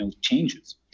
changes